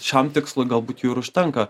šiam tikslui galbūt jų ir užtenka